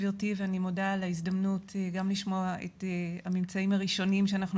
גברתי ואני מודה על ההזדמנות גם לשמוע את הממצאים הראשוניים שאנחנו